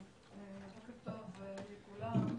בוקר טוב לכולם.